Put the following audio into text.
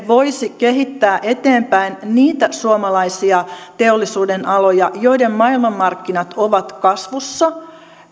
voisi kehittää eteenpäin niitä suomalaisia teollisuudenaloja joiden maailmanmarkkinat ovat kasvussa